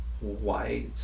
white